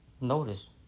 notice